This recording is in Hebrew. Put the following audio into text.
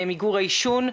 מיגור העישון.